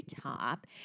top